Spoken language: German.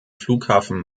flughafen